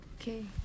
okay